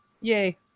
yay